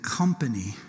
company